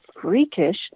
freakish